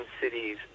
cities